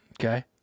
Okay